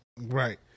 Right